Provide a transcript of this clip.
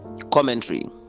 commentary